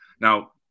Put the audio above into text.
now